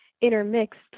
intermixed